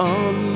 on